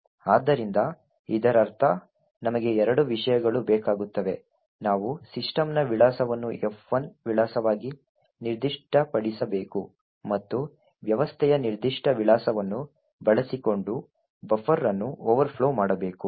ಆದ್ದರಿಂದ ಇದರರ್ಥ ನಮಗೆ ಎರಡು ವಿಷಯಗಳು ಬೇಕಾಗುತ್ತವೆ ನಾವು ಸಿಸ್ಟಮ್ನ ವಿಳಾಸವನ್ನು F1 ವಿಳಾಸವಾಗಿ ನಿರ್ದಿಷ್ಟಪಡಿಸಬೇಕು ಮತ್ತು ವ್ಯವಸ್ಥೆಯ ನಿರ್ದಿಷ್ಟ ವಿಳಾಸವನ್ನು ಬಳಸಿಕೊಂಡು ಬಫರ್ ಅನ್ನು ಓವರ್ಫ್ಲೋ ಮಾಡಬೇಕು